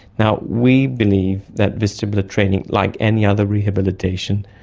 now, we believe that vestibular training, like any other rehabilitation,